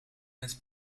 met